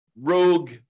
rogue